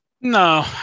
no